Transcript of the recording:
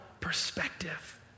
perspective